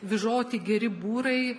vyžoti geri būrai